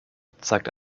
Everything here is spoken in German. zeigt